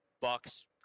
Bucks